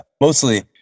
mostly